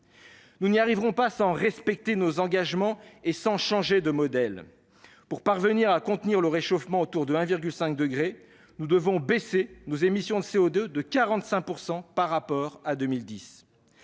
Nous n'y parviendrons pas sans respecter nos engagements et sans changer de modèle. Pour contenir le réchauffement autour de 1,5 degré, nous devons baisser nos émissions de CO2 de 45 % par rapport à 2010.